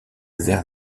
vers